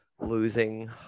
Losing